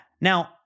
Now